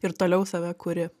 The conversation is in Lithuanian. ir toliau save kuri